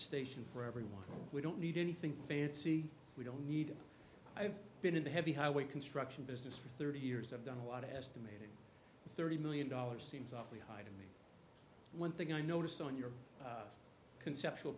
station for everyone we don't need anything fancy we don't need i've been in the heavy highway construction business for thirty years i've done a lot of estimated thirty million dollars seems awfully high to me one thing i noticed on your conceptual